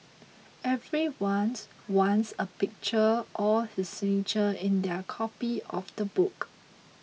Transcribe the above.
every once wants a picture or his signature in their copy of the book